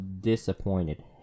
disappointed